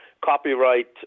copyright